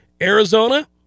Arizona